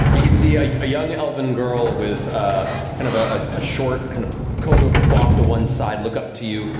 you can see a young elven girl with a kind of ah ah ah short, kind of combed over, quaffed to one side, look up to you,